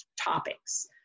topics